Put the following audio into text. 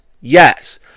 Yes